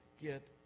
get